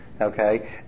okay